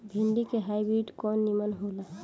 भिन्डी के हाइब्रिड कवन नीमन हो ला?